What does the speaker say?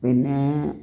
പിന്നേ